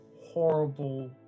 horrible